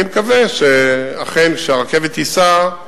אני מקווה שכשהרכבת תיסע,